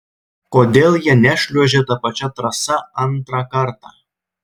kodėl jie nešliuožė ta pačia trasa antrą kartą